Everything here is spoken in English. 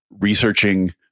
researching